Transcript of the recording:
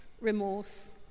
remorse